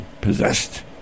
possessed